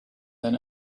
than